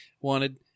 wanted